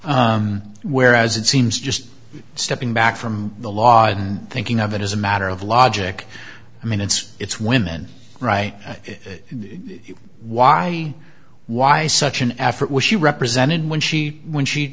that whereas it seems just stepping back from the law and thinking of it as a matter of logic i mean it's it's women right why why such an effort was she represented when she when she